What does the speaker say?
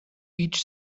each